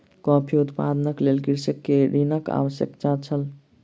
coffee उत्पादनक लेल कृषक के ऋणक आवश्यकता छल